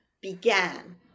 began